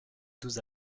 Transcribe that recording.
douze